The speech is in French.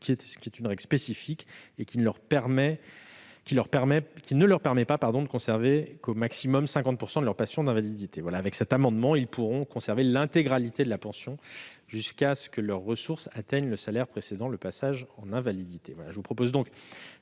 soumis à une règle spécifique qui ne leur permet de conserver qu'au maximum 50 % de leur pension d'invalidité. Avec cet amendement, ils pourront en conserver l'intégralité jusqu'à ce que leurs ressources atteignent le salaire précédant le passage en invalidité.